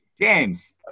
james